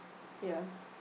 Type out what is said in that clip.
ya